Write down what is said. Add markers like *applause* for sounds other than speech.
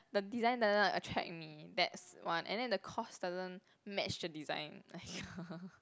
the design doesn't attract me that's one and then the cost doesn't match the design *laughs*